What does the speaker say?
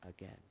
again